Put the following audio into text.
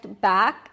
back